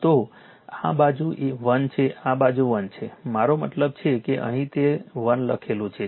તો આ બાજુ 1 છે આ બાજુ 1 છે મારો મતલબ છે કે અહી તે 1 લખાયેલું છે